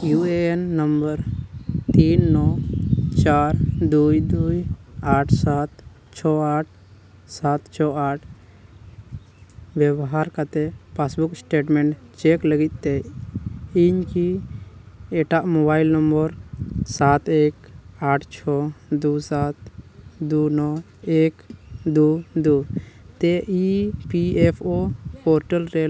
ᱛᱤᱱ ᱱᱚ ᱪᱟᱨ ᱫᱩᱭ ᱫᱩᱭ ᱟᱴ ᱥᱟᱛ ᱪᱷᱚ ᱟᱴ ᱥᱟᱛ ᱪᱷᱚ ᱟᱴ ᱵᱮᱵᱚᱦᱟᱨ ᱠᱟᱛᱮᱫ ᱞᱟᱹᱜᱤᱫ ᱛᱮ ᱤᱧ ᱠᱤ ᱮᱴᱟᱜ ᱥᱟᱛ ᱮᱠ ᱟᱴ ᱪᱷᱚᱭ ᱫᱩ ᱥᱟᱛ ᱫᱩ ᱱᱚ ᱮᱠ ᱫᱩ ᱫᱩ ᱛᱮ ᱨᱮ